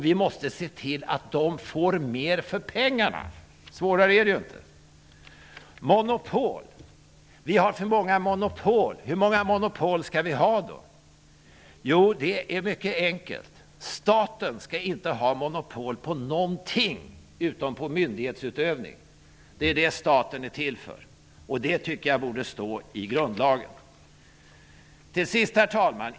Vi måste se till att de får mer för pengarna. Svårare än så är det inte. Vi har för många monopol. Hur många skall vi ha? kan man fråga sig. Svaret är mycket enkelt: Staten skall inte ha monopol på någonting utom på myndighetsutövning. Det är det staten är till för. Det tycker jag borde stå i grundlagen.